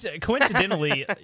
Coincidentally